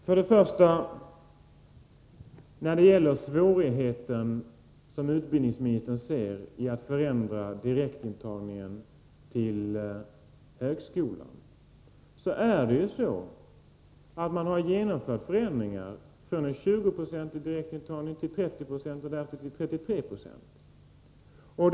Herr talman! Utbildningsministern ser svårigheter med att förändra direktintagningen till högskolan, men man har ju genomfört förändringar tidigare, från 20 90 direktintagning till 30 26 och därefter till 33 20.